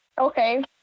okay